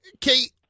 Kate